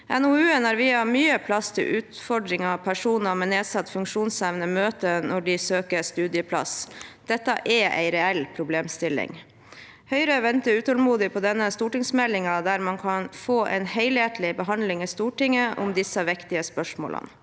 NOUen har viet mye plass til utfordringer personer med nedsatt funksjonsevne møter når de søker studieplass. Det er en reell problemstilling. Høyre venter utålmodig på denne stortingsmeldingen, så man kan få en helhetlig behandling i Stortinget om disse viktige spørsmålene.